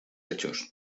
hechos